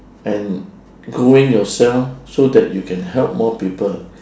and growing yourself so that you can help more people